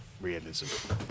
realism